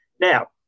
Now